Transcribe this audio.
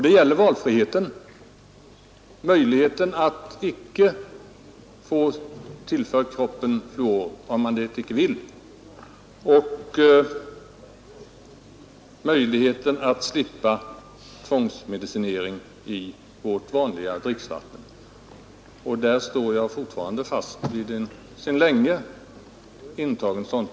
Den gäller valfriheten — möjligheten att icke få kroppen tillförd fluor, om man icke vill, och möjligheten att slippa tvångsmedicinering i vårt vanliga dricksvatten. Där står jag fortfarande fast vid min sedan länge intagna ståndpunkt.